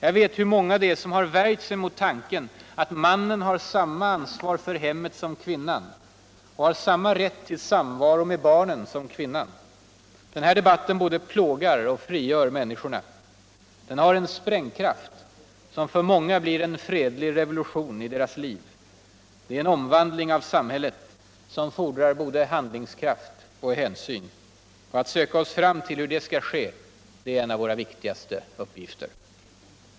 Jag vet att mänga värjt sig mot tanken att mannen har samma ansvar för hemmet som kvinnan, har samma rätt till samvaro med barnen som kvinnan. Den här debatten både plågar och frigör minniskorna. Den har en sprängkraft som för många blir en fredlig revolution I deras liv. Det är en omvandling av samhället som fördrar både handlingskraft och hänsyn. Att söka oss fram till hur det skull ske är en av våra viktigaste uppgifter.